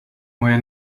moja